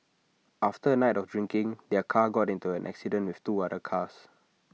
after A night of drinking their car got into an accident with two other cars